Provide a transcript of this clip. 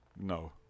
No